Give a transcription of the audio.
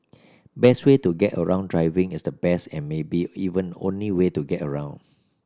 best way to get around driving is the best and maybe even only way to get around